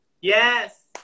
Yes